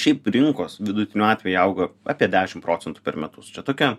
šiaip rinkos vidutiniu atveju auga apie dešim procentų per metus čia tokia